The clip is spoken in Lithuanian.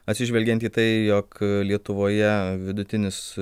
atsižvelgiant į tai jog lietuvoje vidutinis